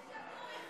לא יהיה לב שבור אחד.